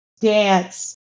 dance